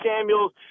Samuels